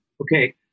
Okay